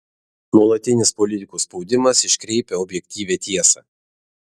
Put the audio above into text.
nuolatinis politikų spaudimas iškreipia objektyvią tiesą